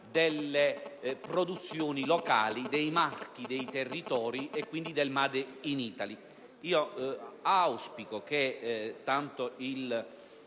delle produzioni locali, dei marchi dei territori e quindi del *made in Italy*. Auspico che tanto il